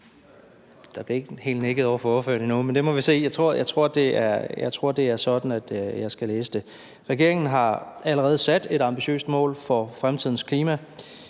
Der bliver ikke nikket af ordføreren, men vi må se. Jeg tror, det er sådan, jeg skal læse det. Regeringen har allerede sat et ambitiøst mål med hensyn til fremtidens klima,